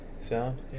sound